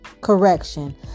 Correction